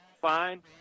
fine